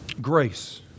Grace